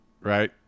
right